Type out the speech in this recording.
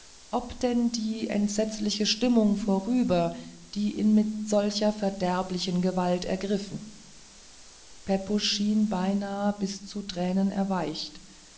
ob denn die entsetzliche stimmung vorüber die ihn mit solcher verderblichen gewalt ergriffen pepusch schien beinahe bis zu tränen erweicht